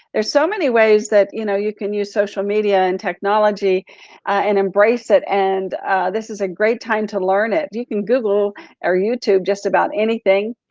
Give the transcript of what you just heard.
there's so many ways that you know you can use social media and technology and embrace it. and this is a great time to learn it. you can google or youtube just about anything.